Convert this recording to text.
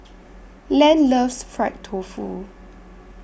Len loves Fried Tofu